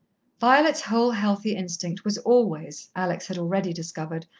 violet's whole healthy instinct was always, alex had already discovered,